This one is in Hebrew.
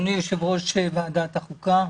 היושב-ראש מטביע את חותמו בוועדה.